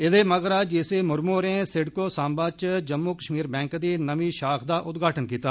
एह्दे मगरा G C Murmu होरें सिडको सांबा च जम्मू कश्मीर बैंक दी नमीं शाख दा उद्घाटन कीता